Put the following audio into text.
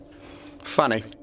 Funny